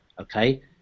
okay